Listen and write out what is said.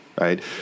Right